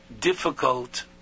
difficult